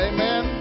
Amen